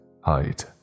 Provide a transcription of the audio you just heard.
Height